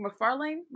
mcfarlane